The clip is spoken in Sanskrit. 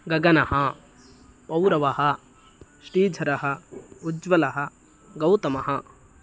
गगनः पौरवः श्रीधरः उज्वलः गौतमः